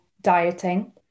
dieting